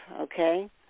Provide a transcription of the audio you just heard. Okay